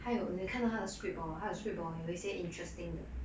还有你看到他的 script hor 他的 script hor 有一些 interesting 的